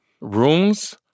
Rooms